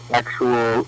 actual